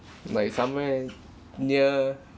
like somewhere near